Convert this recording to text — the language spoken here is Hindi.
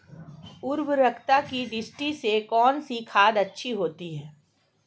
उर्वरकता की दृष्टि से कौनसी खाद अच्छी होती है?